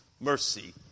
mercy